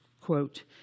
quote